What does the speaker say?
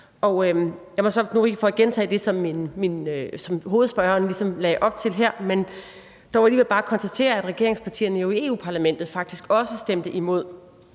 Jeg vil så ikke gentage det, som hovedspørgeren ligesom lagde op til her, men dog alligevel bare konstatere, at regeringspartierne i Europa-Parlamentet faktisk også stemte imod,